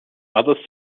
other